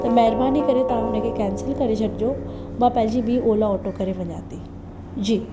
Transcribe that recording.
त महिरबानी करे तव्हां हुनखे कैंसिल करे छॾिजो मां पंहिंजी बि ओला ऑटो करे वञां थी जी